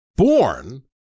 born